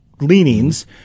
leanings